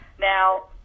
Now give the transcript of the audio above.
Now